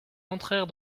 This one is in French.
entrèrent